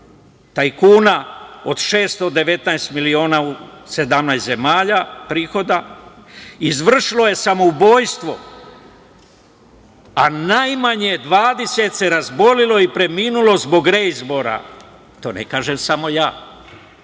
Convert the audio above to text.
tajkuna od 619 miliona prihoda u 17 zemalja, izvršilo je samoubojstvo, a najmanje 20 se razbolelo i preminulo zbog reizbora. To ne kažem samo ja.